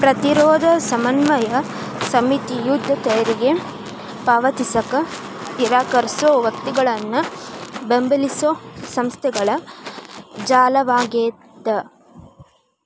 ಪ್ರತಿರೋಧ ಸಮನ್ವಯ ಸಮಿತಿ ಯುದ್ಧ ತೆರಿಗೆ ಪಾವತಿಸಕ ನಿರಾಕರ್ಸೋ ವ್ಯಕ್ತಿಗಳನ್ನ ಬೆಂಬಲಿಸೊ ಸಂಸ್ಥೆಗಳ ಜಾಲವಾಗ್ಯದ